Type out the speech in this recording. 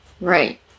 right